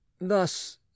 Thus